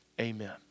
Amen